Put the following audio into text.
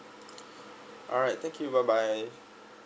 alright thank you bye bye